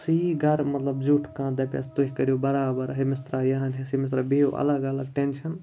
سُہ یی گَرٕ مطلب زیُٹھ کانٛہہ دَپٮ۪س تُہۍ کٔرِو برابر ہیٚمِس ترٛاوِ یہِ ہن حِصہٕ ییٚمِس دَپہِ بِہِو الگ الگ ٹٮ۪نشَن